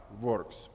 works